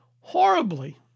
horribly